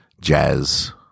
Jazz